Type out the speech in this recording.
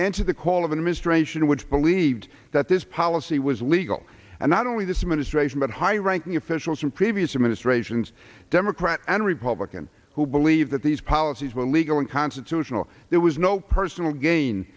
answer the call of an administration which believed that this policy was legal and not only this administration but high ranking officials from previous administrations democrat and republican who believe that these policies were legal and constitutional there was no personal gain